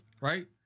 right